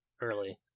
early